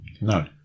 No